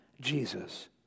Jesus